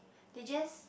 they just